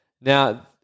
Now